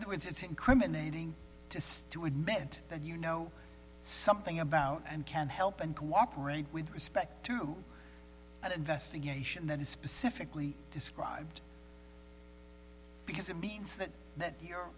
other words it's incriminating just to admit that you know something about and can help and cooperate with respect to an investigation that is specifically described because it means that you